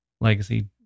legacy